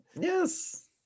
Yes